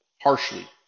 harshly